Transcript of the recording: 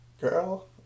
girl